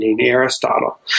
Aristotle